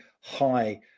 high